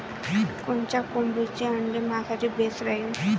कोनच्या कोंबडीचं आंडे मायासाठी बेस राहीन?